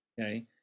Okay